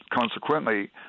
consequently